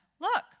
Look